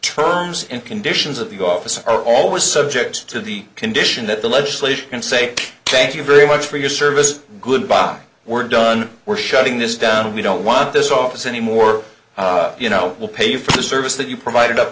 terms and conditions of the office are always subject to the condition that the legislature can say thank you very much for your services goodbye we're done we're shutting this down we don't want this office anymore you know we'll pay for the service that you provided up